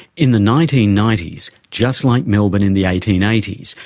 in the nineteen ninety s, just like melbourne in the eighteen eighty s,